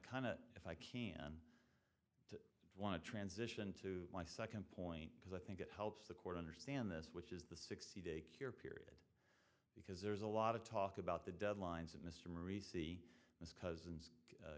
of if i can want to transition to my second point because i think it helps the court understand this which is the sixty day care period because there's a lot of talk about the deadlines that mr aris see as cousins